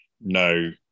no